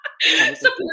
support